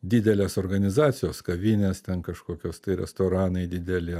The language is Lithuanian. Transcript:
didelės organizacijos kavinės ten kažkokios tai restoranai dideli